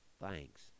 Thanks